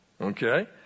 Okay